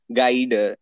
guide